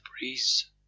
breeze